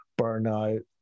burnout